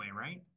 right